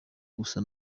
gusa